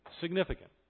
Significant